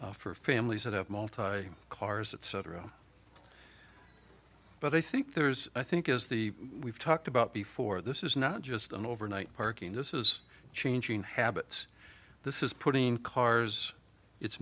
well for families that have multi day cars etc but i think there's i think as the we've talked about before this is not just an overnight parking this is changing habits this is putting cars it's